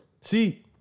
See